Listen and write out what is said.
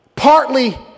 partly